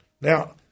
Now